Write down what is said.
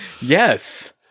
Yes